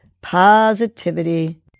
Positivity